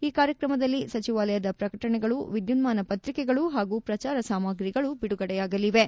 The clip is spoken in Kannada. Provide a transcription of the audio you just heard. ಈ ಕಾರ್ಯಕ್ರಮದಲ್ಲಿ ಸಚಿವಾಲಯದ ಪ್ರಕಟಣೆಗಳು ವಿದ್ಯುನ್ದಾನ ಪ್ರಿಕೆಗಳು ಹಾಗೂ ಪ್ರಚಾರ ಸಾಮಾಗ್ರಿಗಳು ಬಿಡುಗಡೆಯಾಗಲಿವೆ